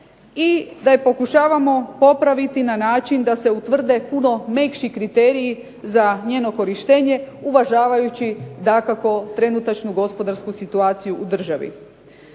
i da je pokušavamo popraviti na način da se utvrde puno mekši kriteriji za njeno korištenje, uvažavajući dakako trenutačnu gospodarsku situaciju u državi.